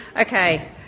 Okay